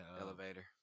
Elevator